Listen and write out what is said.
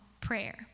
prayer